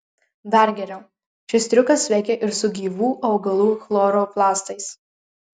dar geriau šis triukas veikia ir su gyvų augalų chloroplastais